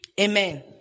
Amen